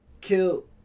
kill